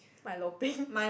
milo peng